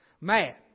mad